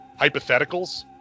hypotheticals